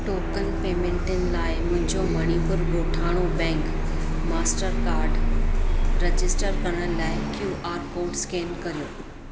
token पेमेंटुनि लाइ मुंहिंजो मणिपुर ॻोठाणो बैंक मास्टरकाड रजिस्टर करण लाइ क्यू आर कोड स्केन करियो